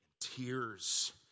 tears